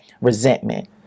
resentment